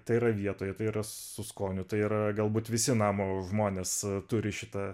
tai yra vietoj tai yra su skoniu tai yra galbūt visi namo žmonės turi šitą